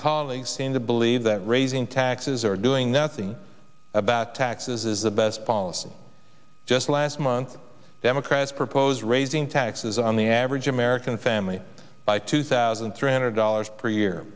colleagues seem to believe that raising taxes or doing nothing about taxes is the best policy just last month democrats proposed raising taxes on the average american family by two thousand three hundred dollars per year